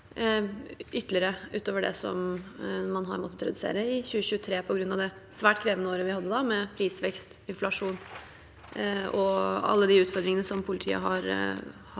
ytterligere utover det som man har måttet redusere i 2023 på grunn av det svært krevende året vi hadde da, med prisvekst og inflasjon og alle de utfordringene som politiet har